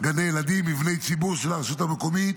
גני ילדים או מבנים של רשות מקומית